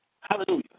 hallelujah